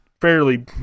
fairly